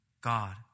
God